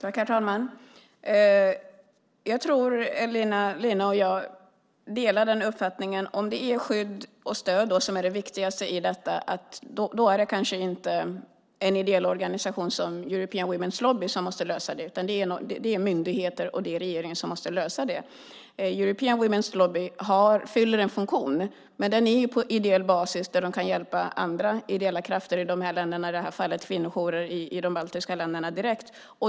Herr talman! Jag tror att Elina Linna och jag delar uppfattningen att om det är skydd och stöd som är det viktigaste i detta så är det kanske inte en ideell organisation som European Women's Lobby som ska lösa det. Det är myndigheter och regering som måste lösa det. European Women's Lobby fyller en funktion. Men det hela är på ideell basis där organisationen kan hjälpa andra ideella krafter i de här länderna, i det här fallet kvinnojourer i de baltiska länderna, direkt.